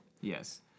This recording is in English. Yes